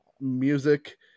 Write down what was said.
music